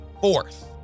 fourth